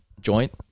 joint